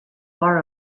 bar